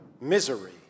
misery